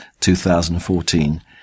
2014